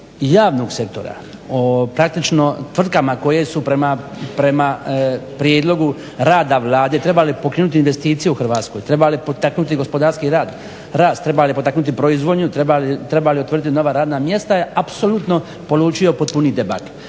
javnog sektora, o praktično tvrtkama koje su prema prijedlogu rada Vlade trebale pokrenuti investicije u Hrvatskoj, trebale potaknuti gospodarski rast, trebale potaknuti proizvodnju, trebale otvoriti nova radna mjesta je apsolutno polučio potpuni debakl.